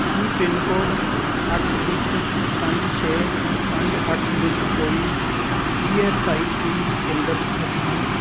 ਕੀ pin code ਅੱਠ ਇੱਕ ਪੰਜ ਛੇ ਪੰਜ ਅੱਠ ਵਿੱਚ ਕੋਈ ਈ ਐੱਸ ਆਈ ਸੀ ਕੇਂਦਰ ਸਥਿਤ ਹਨ